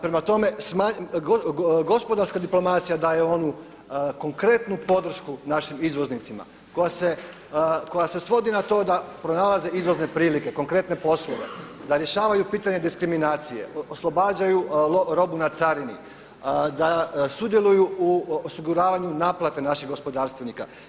Prema tome, gospodarska diplomacija daje onu konkretnu podršku našim izvoznicima koja se svodi na to da pronalaze izvozne prilike, konkretne poslove, da rješavaju pitanje diskriminacije, oslobađaju robu na carini, da sudjeluju u osiguravanju naplate naših gospodarstvenika.